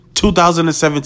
2017